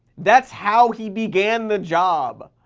that's how he began the job.